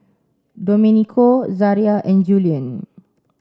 Domenico Zaria and Julian